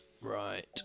Right